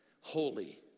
holy